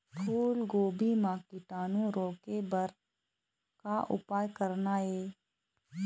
फूलगोभी म कीटाणु रोके बर का उपाय करना ये?